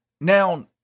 Now